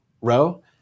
row